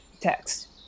text